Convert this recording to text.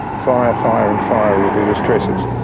fire, fire and fire will be the stressors.